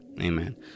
Amen